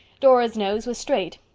dora's nose was straight,